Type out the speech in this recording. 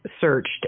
searched